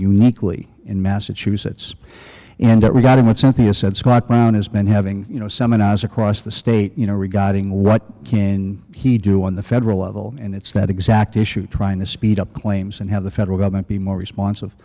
uniquely in massachusetts and that we got about something you said scott brown has been having you know seminars across the state you know regarding what can he do on the federal level and it's that exact issue trying to speed up claims and have the federal government be more respons